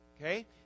Okay